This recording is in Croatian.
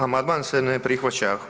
Amandman se ne prihvaća.